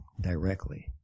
directly